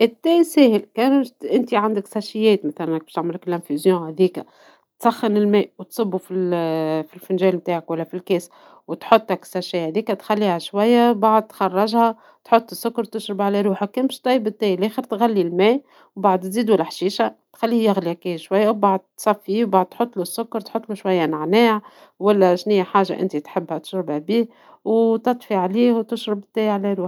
الشاي ساهل ، انت عندك ساشيات باش تعملك التفاعل هذيكا، تسخن الما وتصبوا في الفنجان نتاعك ولا في الكاس ، تحط هكا الساشية هذيكا تخليها شوية بعد تخرجها تحط السكر تشرب على روحك ، كان باش تطيب الشاي لاخر تغلي الما من بعد تزيدوا الحشيشة تخليه يغلي هكا شوية ، بعد تصفيه تحطلوا سكر شوية نعناع ولا شنيا حاجة انتي تحبها تشربها فيه ، طفي عليه وتشرب الشاي على روحك